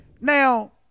Now